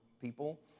people